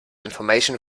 information